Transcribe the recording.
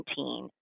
2019